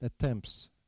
attempts